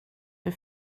hur